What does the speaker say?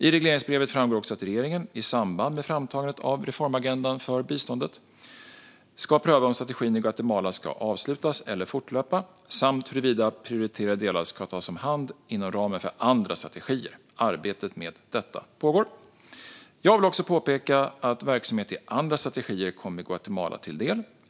I regleringsbrevet framgår också att regeringen, i samband med framtagandet av reformagendan för biståndet, ska pröva om strategin i Guatemala ska avslutas eller fortlöpa, samt huruvida prioriterade delar ska tas om hand inom ramen för andra strategier. Arbetet med detta pågår. Jag vill också påpeka att verksamhet i andra strategier kommer Guatemala till del.